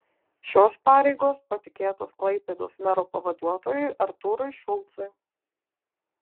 šios pareigos patikėtos klaipėdos mero pavaduotojui artūrui šulcui